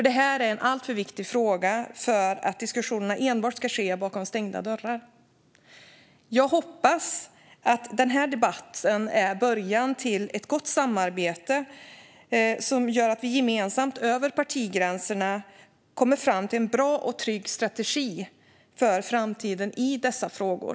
Det är en alltför viktig fråga för att diskussionerna enbart ska ske bakom stängda dörrar. Jag hoppas att denna debatt är början till ett gott samarbete som gör att vi gemensamt över partigränserna kommer fram till en bra och trygg strategi för framtiden i dessa frågor.